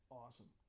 awesome